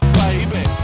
baby